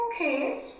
okay